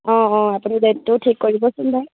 অঁ অঁ আপুনি ডেটটো ঠিক কৰি দিবচোন বাৰু